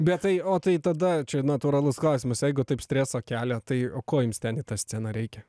bet tai o tai tada čia natūralus klausimas jeigu taip stresą kelia tai o ko jums ten į tą sceną reikia